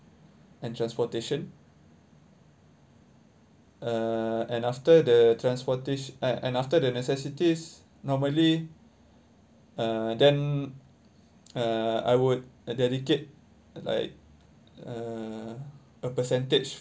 and transportation uh and after the transportation and after the necessities normally uh then uh I would dedicate like uh a percentage